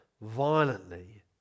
violently